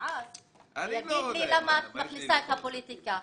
יכעס ---, יגיד לי, למה את מכניסה את הפוליטיקה?